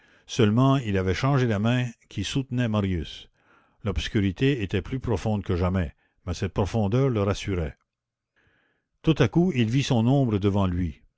seulement il avait changé la main qui soutenait marius l'obscurité était plus profonde que jamais mais cette profondeur le rassurait tout à coup il vit son ombre devant lui